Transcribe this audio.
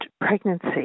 pregnancy